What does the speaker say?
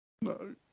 no